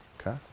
Okay